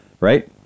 right